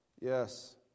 Yes